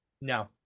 no